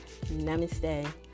Namaste